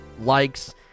Likes